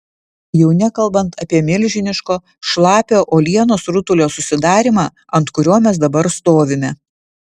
jau nekalbant apie milžiniško šlapio uolienos rutulio susidarymą ant kurio mes dabar stovime